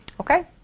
okay